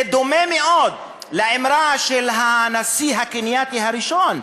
זה דומה מאוד לאמרה של הנשיא הקנייתי הראשון,